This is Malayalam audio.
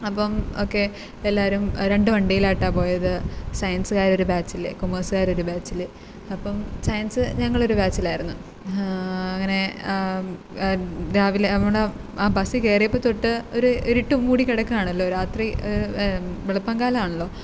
അപ്പം ഒക്കെ എല്ലാവരും രണ്ട് വണ്ടീലായിട്ടാണ് പോയത് സയൻസുകാർ ഒരു ബാച്ചിൽ കൊമേഴ്സുകാർ ഒരു ബാച്ചിൽ അപ്പം സയൻസ് ഞങ്ങൾ ഒരു ബാച്ചിലായിരുന്നു അങ്ങനെ രാവിലെ അവിടെ ആ ബസിൽ കയറിയപ്പം തൊട്ട് ഒരു ഇരുട്ട് മൂടി കിടക്കുകയാണല്ലോ രാത്രി വെളുപ്പാം കാലമാണല്ലോ